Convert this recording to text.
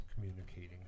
communicating